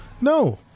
No